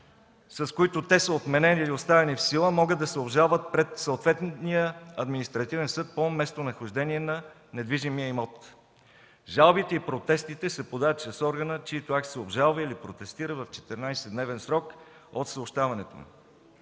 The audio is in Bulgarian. с които те са отменени или оставени в сила, могат да се обжалват пред съответния административен съд по местонахождение на недвижимия имот. Жалбите и протестите се подават чрез органа, чийто акт се обжалва или протестира в 14 дневен срок от съобщаването